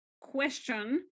question